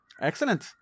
Excellent